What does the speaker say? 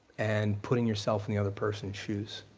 and putting yourself in the other person's shoes.